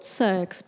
sex